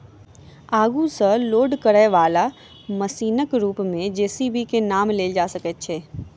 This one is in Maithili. आगू सॅ लोड करयबाला मशीनक रूप मे जे.सी.बी के नाम लेल जा सकैत अछि